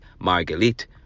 Margalit